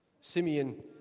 Simeon